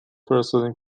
فرستادیم